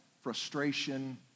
frustration